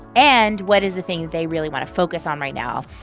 and what is the thing they really want to focus on right now?